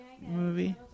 movie